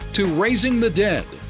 to raising the dead.